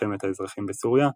מלחמת האזרחים בסוריה,